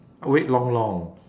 ah wait long long